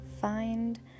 find